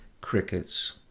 Crickets